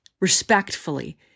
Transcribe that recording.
respectfully